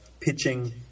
pitching